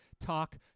talk